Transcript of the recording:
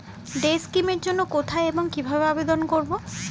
Day scheme এর জন্য কোথায় এবং কিভাবে আবেদন করব?